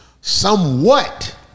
somewhat